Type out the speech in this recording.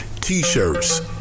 T-shirts